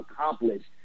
accomplished